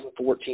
2014